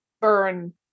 burn